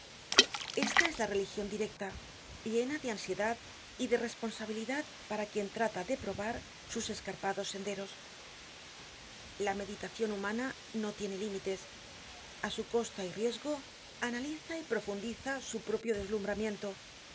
esta es la religion directa llena de ansiedad y de responsabilidad para quien trata de probar sus escarpados senderos la meditacion humana no tiene límites a su costa y riesgo analiza y profundiza su propio deslumbramiento podria decirse que